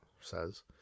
says